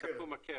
יקומו